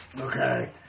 Okay